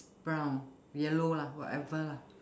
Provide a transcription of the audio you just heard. brown yellow lah whatever lah